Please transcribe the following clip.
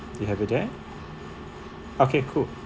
you have it there okay cool